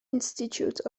institute